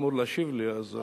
אני חייב להקשיב על מנת להשיב.